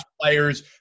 players